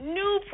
new